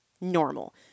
normal